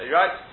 right